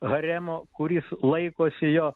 haremu kuris laikosi jo